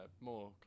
more